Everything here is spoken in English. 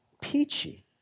peachy